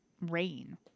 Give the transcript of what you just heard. rain